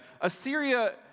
Assyria